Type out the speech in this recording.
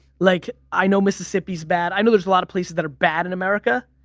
like i know mississippi's bad. i know there's a lot of places that are bad in america.